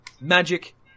magic